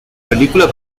película